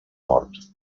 mort